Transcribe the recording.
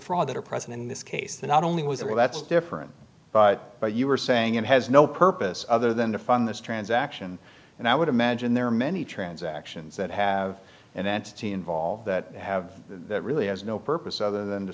fraud that are present in this case that not only was there that's different but you were saying it has no purpose other than to fund this transaction and i would imagine there are many transactions that have an entity involved that have really has no purpose other than to